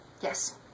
Yes